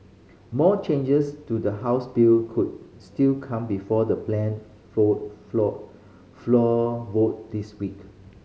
more changes to the House bill could still come before the planned floor floor floor vote this week